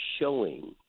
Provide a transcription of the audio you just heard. showing –